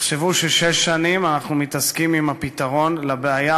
תחשבו ששש שנים אנחנו מתעסקים עם הפתרון לבעיה,